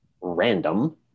random